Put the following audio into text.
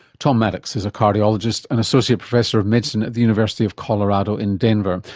tom maddox is a cardiologist and associate professor of medicine at the university of colorado in denver.